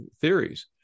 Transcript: theories